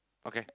okay